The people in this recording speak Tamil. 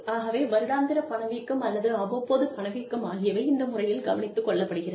ஆகவே வருடாந்திர பணவீக்கம் அல்லது அவ்வப்போது பணவீக்கம் ஆகியவை இந்த முறையில் கவனித்துக் கொள்ளப்படுகிறது